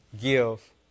give